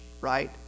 right